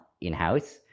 in-house